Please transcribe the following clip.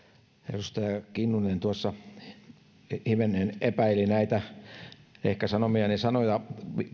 edustaja kinnunen tuossa ehkä hivenen epäili näitä sanomiani sanoja